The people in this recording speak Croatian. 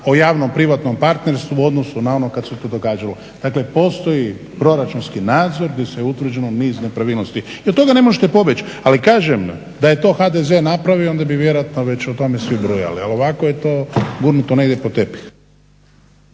o javno-privatnom partnersku u odnosu na onu kad se to događalo. Dakle, postoji proračunski nadzor di su utvrđeni niz nepravilnosti. I od toga ne možete pobjeći, ali kažem vam da je to HDZ napravio onda bi vjerojatno već o tome svi brujali, ali ovako je to gurnuto negdje pod tepih.